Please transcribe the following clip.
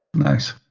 nice,